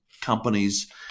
companies